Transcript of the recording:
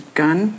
gun